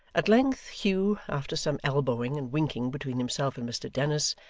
at length hugh, after some elbowing and winking between himself and mr dennis,